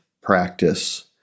practice